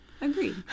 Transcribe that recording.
Agreed